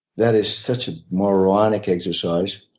that is such a moronic exercise.